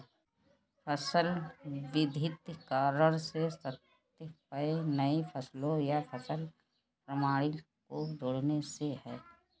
फसल विविधीकरण से तात्पर्य नई फसलों या फसल प्रणाली को जोड़ने से है